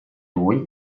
lui